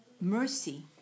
mercy